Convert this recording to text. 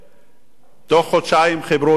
בתוך חודשיים חיברו אותם לחשמל.